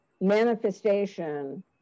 manifestation